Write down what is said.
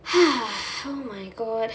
oh my god